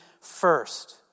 first